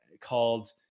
called